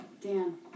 Dan